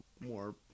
more